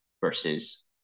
versus